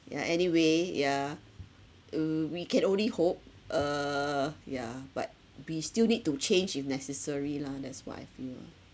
ya anyway yeah oo we can only hope uh yeah but we still need to change if necessary lah that's what I feel ah